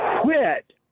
quit